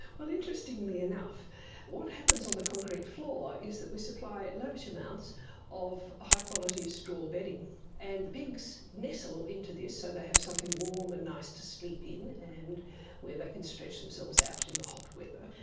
well, interestingly enough what happens on the concrete floor is that we supply lavish amounts of high quality straw bedding and the pigs nestle into this so they have something warm and nice to sleep in and where they can stretch themselves out in the hot weather.